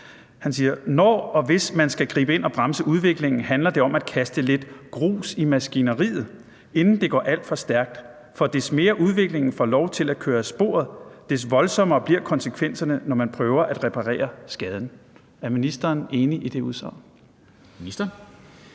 Berg: Når og hvis man skal gribe ind og bremse udviklingen, handler det om at kaste lidt grus i maskineriet, inden det går alt for stærkt. For des mere udviklingen får lov til at køre af sporet, des voldsommere bliver konsekvenserne, når man prøver at reparere skaden. Er ministeren enig i det udsagn?